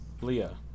Leah